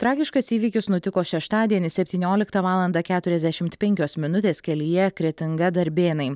tragiškas įvykis nutiko šeštadienį septynioliktą valandą keturiasdešimt penkios minutės kelyje kretinga darbėnai